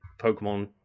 Pokemon